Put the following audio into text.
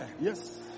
Yes